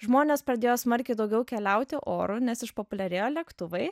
žmonės pradėjo smarkiai daugiau keliauti oru nes išpopuliarėjo lėktuvai